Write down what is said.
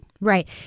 Right